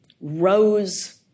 rose